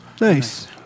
Nice